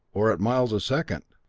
or at miles a second,